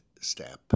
step